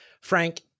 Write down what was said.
Frank